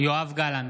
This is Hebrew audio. יואב גלנט,